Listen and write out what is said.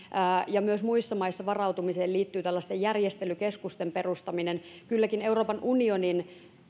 ja myös muissa maissa varautumiseen liittyy tällaisten järjestelykeskusten perustaminen kylläkin euroopan unionin